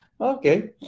Okay